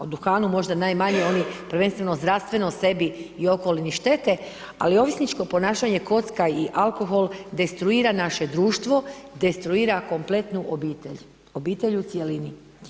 O duhanu možda najmanje oni, prvenstveno zdravstveno sebe i okolini štete, ali ovisničko ponašanje kocka i alkohol destruira naše društvo, destruira kompletnu obitelj, obitelj u cjelini.